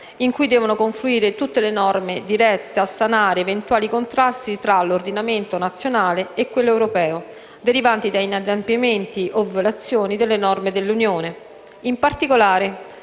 in cui devono confluire tutte le norme dirette a sanare eventuali contrasti tra l'ordinamento nazionale e quello europeo, derivanti da inadempimenti o violazioni delle norme dell'Unione.